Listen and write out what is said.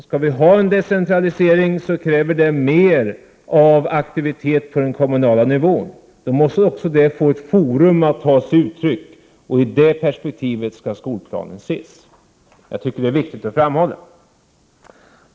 Skall vi ha en decentralisering krävs det mer av aktivitet på den kommunala nivån. Då måste det finnas ett forum för den att ta sig uttryck i, och i det perspektivet skall skolplanen ses. Jag tycker att detta är viktigt att framhålla.